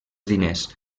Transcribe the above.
diners